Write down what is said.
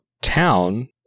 town